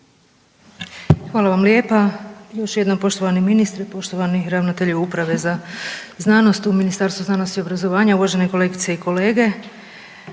Hvala vam lijepa. Još jednom poštovani ministre, poštovani uprave za znanost u Ministarstvu znanosti i obrazovanja, uvažene kolegice i kolege,